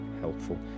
helpful